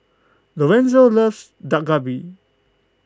Lorenzo loves Dak Galbi